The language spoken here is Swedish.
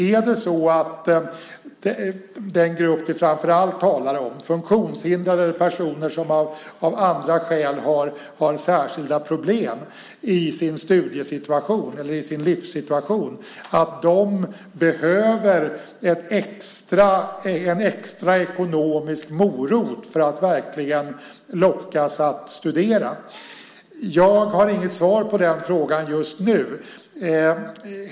Är det verkligen så att den grupp vi framför allt talar om - funktionshindrade eller personer som av andra skäl har särskilda problem i sin studiesituation eller i sin livssituation - behöver en extra ekonomisk morot för att lockas att studera? Jag har inget svar på den frågan just nu.